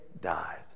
died